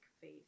faith